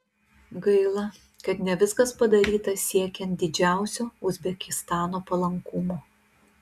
gaila kad ne viskas padaryta siekiant didžiausio uzbekistano palankumo